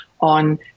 on